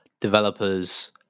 developers